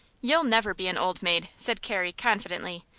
you'll never be an old maid, said carrie, confidently.